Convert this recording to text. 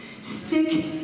Stick